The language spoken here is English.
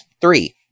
three